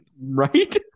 Right